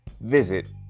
Visit